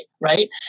right